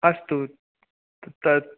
अस्तु तद्